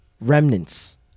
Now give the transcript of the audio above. remnants